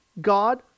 God